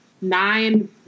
nine